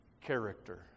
character